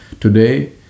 today